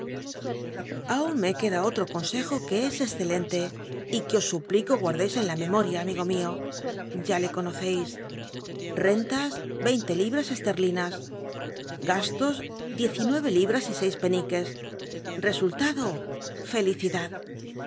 aun me queda otro consejo c ue es escelente y que os suplico gual'deis en la memoria amigo mio ya le conoccis ren tas reinte libras esterlinas gastos diez y nueve libras y seis peniques resultado felicidad